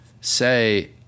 say